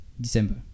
December